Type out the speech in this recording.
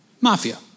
Mafia